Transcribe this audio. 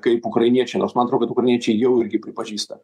kaip ukrainiečiai nors man atrodo kad ukrainiečiai jau irgi pripažįsta